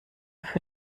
für